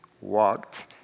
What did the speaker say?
walked